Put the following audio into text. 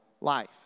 life